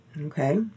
Okay